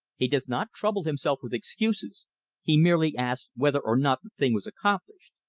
he does not trouble himself with excuses he merely asks whether or not the thing was accomplished.